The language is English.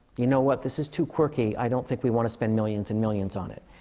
you know what? this is too quirky. i don't think we want to spend millions and millions on it.